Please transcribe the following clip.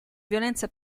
violenza